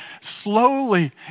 slowly